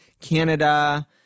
Canada